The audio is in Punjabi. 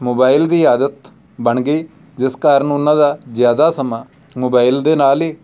ਮੋਬਾਇਲ ਦੀ ਆਦਤ ਬਣ ਗਈ ਜਿਸ ਕਾਰਨ ਉਹਨਾਂ ਦਾ ਜ਼ਿਆਦਾ ਸਮਾਂ ਮੋਬਾਇਲ ਦੇ ਨਾਲ ਹੀ